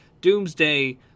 Doomsday